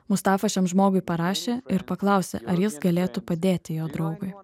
mustafa šiam žmogui parašė ir paklausė ar jis galėtų padėti jo draugui